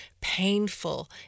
painful